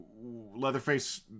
Leatherface